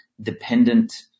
dependent